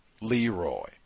Leroy